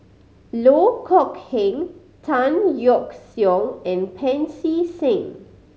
Loh Kok Heng Tan Yeok Seong and Pancy Seng